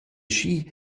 schi